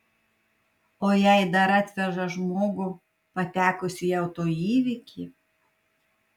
o jei dar atveža žmogų patekusį į auto įvykį